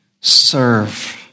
Serve